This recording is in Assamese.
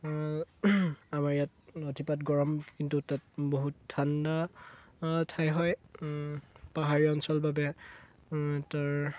আমাৰ ইয়াত অতিপাত গৰম কিন্তু তাত বহুত ঠাণ্ডা ঠাই হয় পাহাৰীয়া অঞ্চল বাবে তাৰ